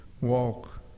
walk